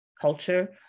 culture